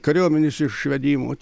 kariuomenės išvedimo